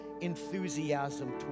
enthusiasm